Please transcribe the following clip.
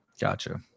Gotcha